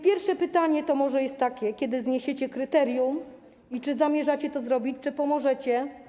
Pierwsze pytanie jest takie: Kiedy zniesiecie kryterium i czy zamierzacie to zrobić, czy pomożecie?